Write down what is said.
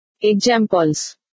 Examples